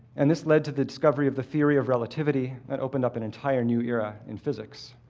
and this led to the discovery of the theory of relativity that opened up an entire new era in physics.